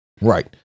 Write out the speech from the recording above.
Right